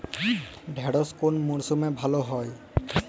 ঢেঁড়শ কোন মরশুমে ভালো হয়?